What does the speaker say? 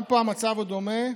גם פה המצב דומה.